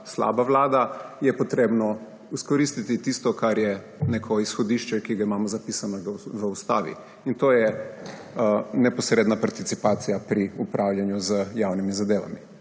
slaba vlada, je treba izkoristiti tisto, kar je neko izhodišče, ki ga imamo zapisanega v ustavi. To je neposredna participacija pri upravljanju z javnimi zadevami.